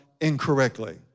incorrectly